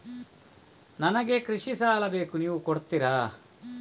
ನನಗೆ ಕೃಷಿ ಸಾಲ ಬೇಕು ನೀವು ಕೊಡ್ತೀರಾ?